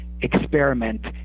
experiment